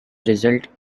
result